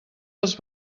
els